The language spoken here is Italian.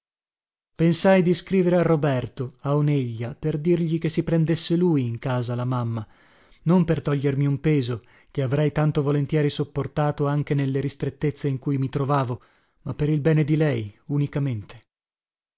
pensai di scrivere a roberto a oneglia per dirgli che si prendesse lui in casa la mamma non per togliermi un peso che avrei tanto volentieri sopportato anche nelle ristrettezze in cui mi trovavo ma per il bene di lei unicamente